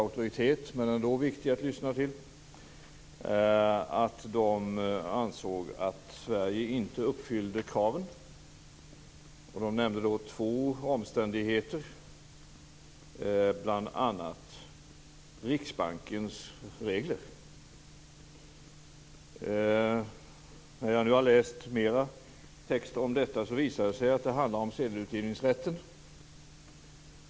EU-kommissionen är för mig ingen oomtvistlig auktoritet men ändå viktig att lyssna till. Man nämnde två omständigheter, bl.a. Riksbankens regler. När jag läste mer om detta, visade det sig att det handlar om sedelutgivningsrätten.